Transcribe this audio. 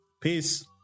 Peace